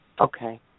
Okay